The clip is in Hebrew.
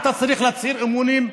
אתה צריך להצהיר לי אמונים,